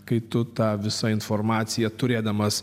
kai tu tą visą informaciją turėdamas